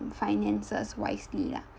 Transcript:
finances wisely lah